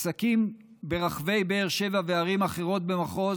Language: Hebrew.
עסקים ברחבי באר שבע וערים אחרות במחוז